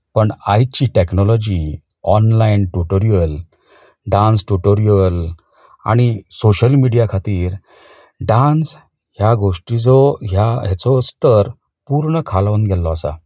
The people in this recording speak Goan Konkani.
पण आयची technology online tutorial dance tutorial आनी सोशल मिडीया खातीर डान्स ह्या गोश्टीचो ह्या हेचो स्थर पूर्ण खालून गेल्लो आसा